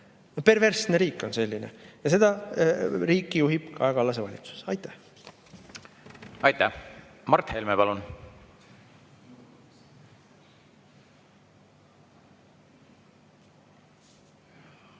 Perversne riik on selline. Ja seda riiki juhib Kaja Kallase valitsus. Aitäh! Aitäh! Mart Helme, palun!